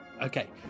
Okay